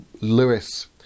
Lewis